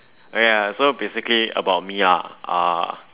uh ya so basically about me ah uh